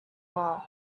wall